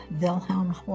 Wilhelm